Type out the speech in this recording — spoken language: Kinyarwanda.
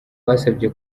basabye